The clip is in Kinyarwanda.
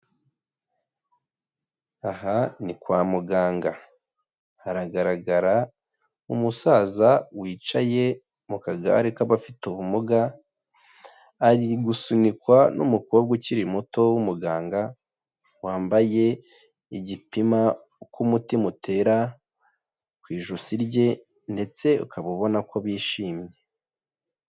Aha ni kwa muganga. Haragaragara umusaza wicaye mu kagare k'abafite ubumuga, ari gusunikwa n'umukobwa ukiri muto w'umuganga wambaye igipima uko umutima utera ku ijosi rye ndetse ukaba ubona ko bishimye.